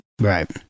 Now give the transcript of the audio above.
right